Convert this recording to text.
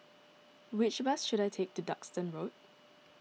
which bus should I take to Duxton Road